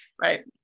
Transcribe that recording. Right